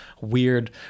weird